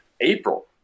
April